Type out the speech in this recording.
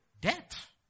death